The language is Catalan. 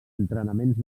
entrenaments